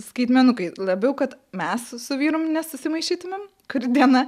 skaitmenukai labiau kad mes su vyrum nesusimaišytumėm kuri diena